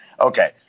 Okay